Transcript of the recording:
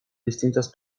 distintas